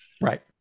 Right